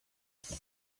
take